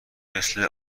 مثل